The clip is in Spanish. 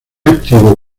activo